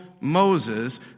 Moses